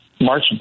March